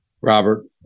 Robert